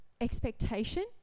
expectation